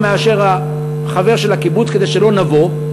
מאשר מהחבר של הקיבוץ כדי שלא נבוא,